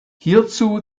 hierzu